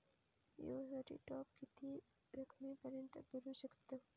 जिओ साठी टॉप किती रकमेपर्यंत करू शकतव?